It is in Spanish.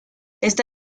está